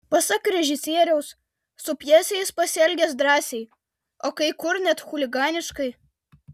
pasak režisieriaus su pjese jis pasielgęs drąsiai o kai kur net chuliganiškai